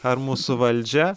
ar mūsų valdžia